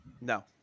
No